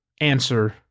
answer